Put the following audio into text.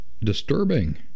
disturbing